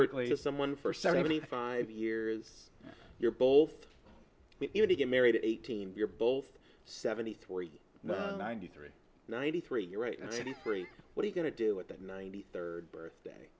many someone for seventy five years you're both you know to get married at eighteen you're both seventy three ninety three ninety three you're right what are you going to do with that ninety third birthday